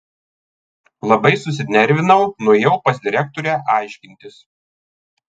labai susinervinau nuėjau pas direktorę aiškintis